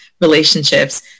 relationships